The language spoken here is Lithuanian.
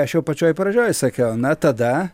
aš jau pačioj pradžioj sakiau na tada